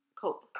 cope